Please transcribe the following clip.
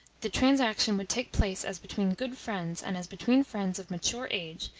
the transaction would take place as between good friends, and as between friends of mature age,